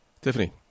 Tiffany